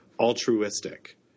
altruistic